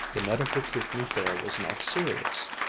the medical treatment there was not serious.